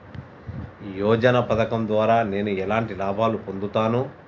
యోజన పథకం ద్వారా నేను ఎలాంటి లాభాలు పొందుతాను?